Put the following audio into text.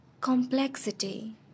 complexity